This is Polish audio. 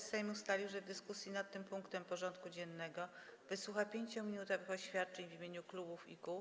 Sejm ustalił, że w dyskusji nad tym punktem porządku dziennego wysłucha 5-minutowych oświadczeń w imieniu klubów i kół.